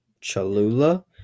Cholula